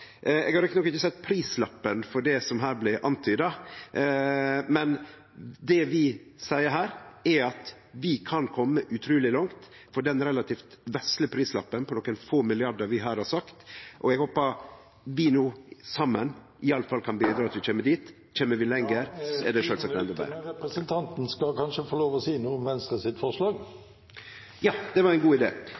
Eg har rett nok ikkje sett prislappen for det som her blei antyda, men det vi seier her, er at vi kan kome utruleg langt for den relativt vesle prislappen – på nokre få milliardar, som vi her har sagt – og eg håpar vi no, saman, iallfall kan bidra til at vi kjem dit. Kjem vi lenger, er det sjølvsagt endå betre. Representanten skal kanskje få lov og si noe om Venstre sitt forslag? Ja, det var en god